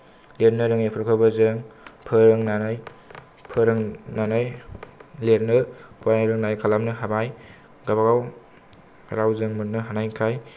देरनो रोङैफोरखौबो जों फोरोंनानै फोरोंनानै लिरनो फरायनो रोंनाय खालामनो हाबाय गावबा गाव रावजों मोन्नो हानायखाय